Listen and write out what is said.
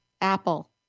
apple